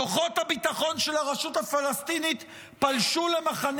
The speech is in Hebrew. כוחות הביטחון של הרשות הפלסטינית פלשו למחנה